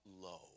low